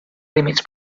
límits